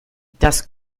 das